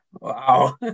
Wow